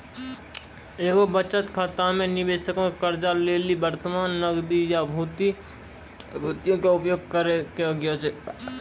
एगो बचत खाता मे निबेशको के कर्जा लेली वर्तमान नगदी या प्रतिभूतियो के उपयोग करै के आज्ञा छै